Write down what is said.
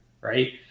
Right